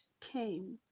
came